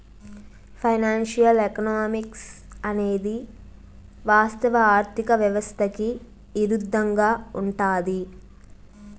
financial economics అనేది వాస్తవ ఆర్థిక వ్యవస్థకి ఇరుద్దంగా ఉంటది